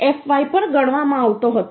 6fy પર ગણવામાં આવતો હતો